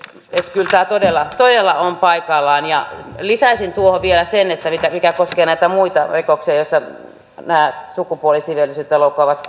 kyllä tämä todella todella on paikallaan lisäisin tuohon vielä sen mikä koskee näitä muita rikoksia joissa on sukupuolisiveellisyyttä loukkaavat